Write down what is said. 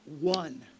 one